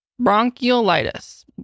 Bronchiolitis